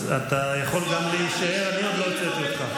אז אתה גם יכול להישאר, אני עוד לא הוצאתי אותך.